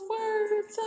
words